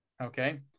Okay